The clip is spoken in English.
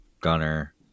Gunner